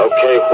Okay